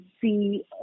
see